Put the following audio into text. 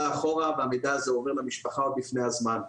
אחורה והמידע הזה עובר למשפחה עוד לפני הזמן.